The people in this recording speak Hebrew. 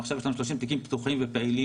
עכשיו יש לנו 30 תיקים פתוחים ופעילים